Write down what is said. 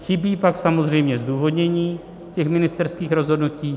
Chybí pak samozřejmě zdůvodnění těch ministerských rozhodnutí.